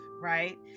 Right